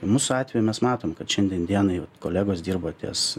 mūsų atveju mes matom kad šiandien dienai kolegos dirba ties